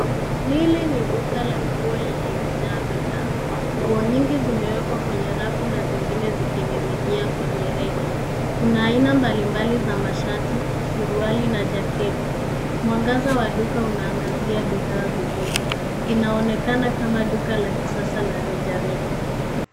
Hili ni duka la nguo lililojaa bidhaa. Nguo nyingi zimewekwa kwenye rafu na zingine zikininginia kwenye reki. Kuna aina mbali mbali za mashati, suruali na jaketi. Mwangaza wa duka unaangazia bidhaa vizuri. Inaonekana kama duka la kisasa la reja reja.